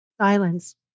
Silence